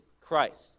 Christ